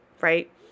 right